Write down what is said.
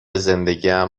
زندگیم